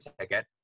ticket